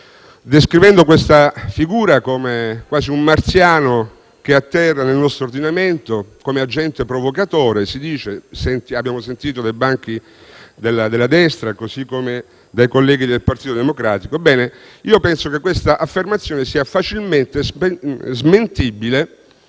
si è descritta come fosse un marziano che atterra nel nostro ordinamento come «agente provocatore»: lo abbiano sentito dai banchi della destra, così come dai colleghi del Partito Democratico. Ebbene, penso che questa affermazione sia facilmente smentibile,